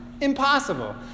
Impossible